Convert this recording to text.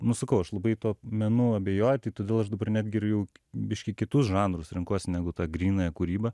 nu sakau aš labai tuo menu abejoju tai todėl aš dabar netgi ir jau biškį kitus žanrus renkuosi negu tą grynąją kūrybą